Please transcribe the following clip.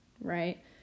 right